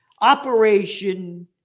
Operation